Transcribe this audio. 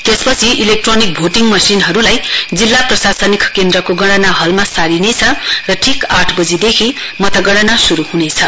त्यसपछि electronic voting मशिनहरूलाई जिल्ला प्रशासनिक केन्द्रको गणना हलमा सारिने छ र ठीक आठ बजीदेखि मतगणना शुरु हुनेछ